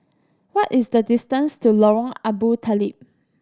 what is the distance to Lorong Abu Talib